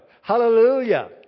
Hallelujah